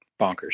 bonkers